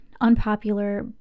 unpopular